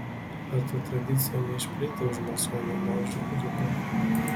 ar ta tradicija neišplito už masonų ložių ribų